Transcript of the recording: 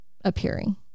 appearing